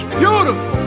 beautiful